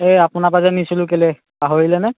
সেই আপোনাৰপৰা যে নিছিলোঁ কেলৈ পাহৰিলে নে